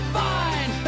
fine